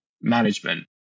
management